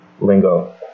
lingo